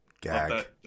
gag